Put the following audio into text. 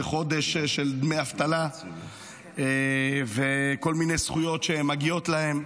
זה חודש של דמי אבטלה וכל מיני זכויות שמגיעות להן.